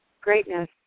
greatness